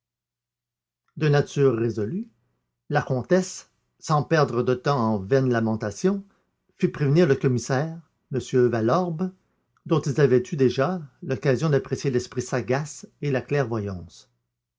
de nature résolue la comtesse sans perdre de temps en vaines lamentations fit prévenir le commissaire m valorbe dont ils avaient eu déjà l'occasion d'apprécier l'esprit sagace et la clairvoyance